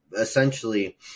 essentially